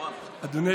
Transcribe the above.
אדוני